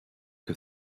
que